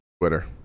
Twitter